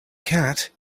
cat